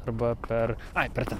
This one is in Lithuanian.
arba per ai per ten